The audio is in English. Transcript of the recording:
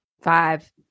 five